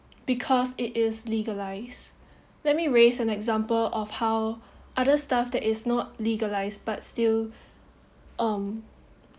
because it is legalise let me raise an example of how other staff that is not legalized but still um